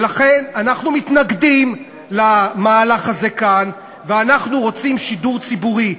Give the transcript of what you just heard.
ולכן אנחנו מתנגדים למהלך הזה כאן ואנחנו רוצים שידור ציבורי.